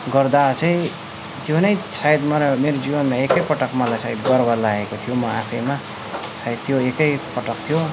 गर्दा चाहिँ त्यो नै सायद मरो मेरो जीवनमा एकैपटक मलाई गर्व लागेको थियो म आफैमा सायद त्यो एकैपटक थियो